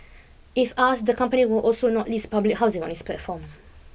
if asked the company would also not list public housing on its platform